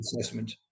assessment